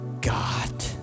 God